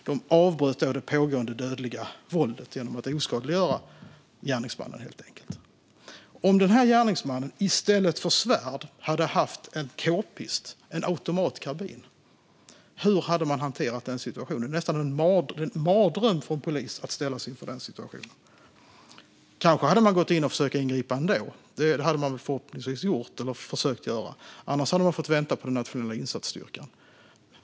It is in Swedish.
De avbröt det pågående dödliga våldet genom att oskadliggöra gärningsmannen. Om gärningsmannen i stället för svärd hade haft en k-pist eller en automatkarbin, hur hade man hanterat den situationen? Det är en mardröm för en polis att ställas i den situationen. Kanske hade man försökt ingripa ändå - det hade man förhoppningsvis gjort - eller fått vänta på den nationella insatsstyrkan.